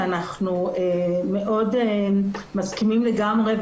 שאנחנו מאוד מסכימים לגמרי,